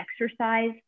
exercise